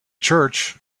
church